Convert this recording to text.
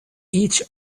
each